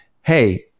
Hey